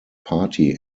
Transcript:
party